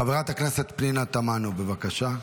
חברת הכנסת פנינה תמנו, בבקשה.